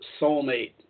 soulmate